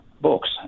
books